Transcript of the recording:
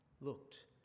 looked